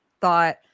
thought